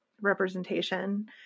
representation